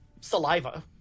saliva